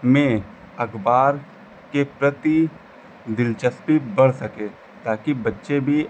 में अखबार के प्रति दिलचस्पी बढ़ सके ताकि बच्चे भी